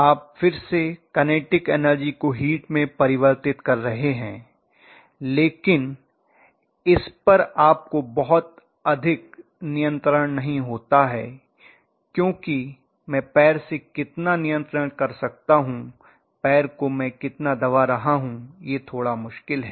आप फिर से कनेटिक एनर्जी को हीट में परिवर्तित कर रहे हैं लेकिन इसपर आपको बहुत अधिक नियंत्रण नहीं होता है क्योंकि मैं पैर से कितना नियंत्रण कर सकता हूँ पैर को मैं कितना दबा रहा हूं यह थोड़ा मुश्किल है